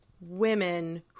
women